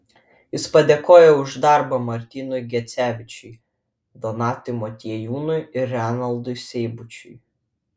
jis padėkojo už darbą martynui gecevičiui donatui motiejūnui ir renaldui seibučiui